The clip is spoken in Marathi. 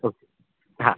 ओके हां